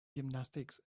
gymnastics